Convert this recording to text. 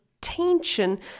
tension